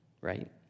right